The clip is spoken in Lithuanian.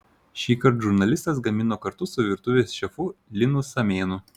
šįkart žurnalistas gamino kartu su virtuvės šefu linu samėnu